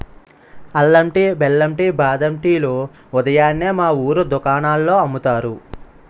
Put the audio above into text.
అల్లం టీ, బెల్లం టీ, బాదం టీ లు ఉదయాన్నే మా వూరు దుకాణాల్లో అమ్ముతారు